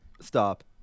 stop